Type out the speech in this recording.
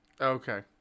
Okay